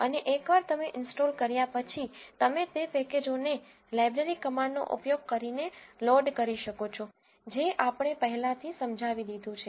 અને એકવાર તમે ઇન્સ્ટોલ કર્યા પછી તમે તે પેકેજોને લાઇબ્રેરી કમાન્ડનો ઉપયોગ કરીને લોડ કરી શકો છો જે આપણે પહેલાથી સમજાવી દીધું છે